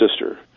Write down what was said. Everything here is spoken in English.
sister